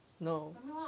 no